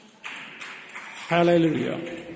Hallelujah